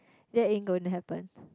that ain't gonna happen